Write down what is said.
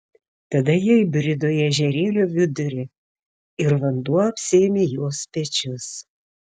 tada jie įbrido į ežerėlio vidurį ir vanduo apsėmė jos pečius